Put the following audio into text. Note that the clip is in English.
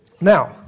Now